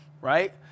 right